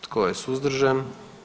Tko je suzdržan?